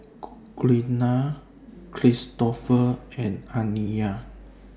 Glenna Kristofer and Aniyah